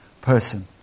person